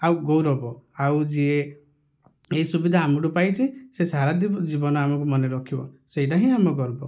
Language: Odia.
ଆଉ ଗୌରବ ଆଉ ଯିଏ ଏଇ ସୁବିଧା ଆମଠୁ ପାଇଚି ସେ ସାରା ଜୀବନ ଆମକୁ ମନେ ରଖିବ ସେଇଟା ହିଁ ଆମ ଗର୍ବ